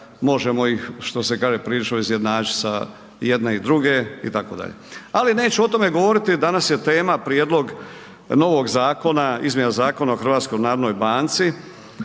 možemo ih što se kaže prilično izjednačiti sa jedne i druge itd., ali neću o tome govoriti. Danas je tema prijedlog novog zakona izmjena Zakona o HNB-u i o kreditnim